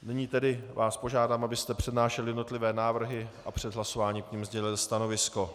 Nyní vás tedy požádám, abyste přednášel jednotlivé návrhy a před hlasováním k nim sdělil stanovisko.